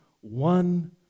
one